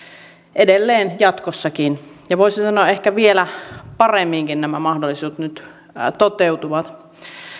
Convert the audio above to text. edelleen jatkossakin ja voisi sanoa että ehkä vielä paremminkin nämä mahdollisuudet nyt toteutuvat